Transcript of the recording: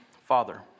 Father